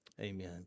amen